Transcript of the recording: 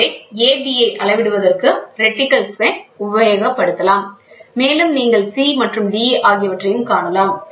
எனவே a b ஐ அளவிடுவதற்கு ரெட்டிகல்ஸ் உபயோகப்படுத்தலாம் மேலும் நீங்கள் c மற்றும் d ஆகியவற்றைக் காணலாம்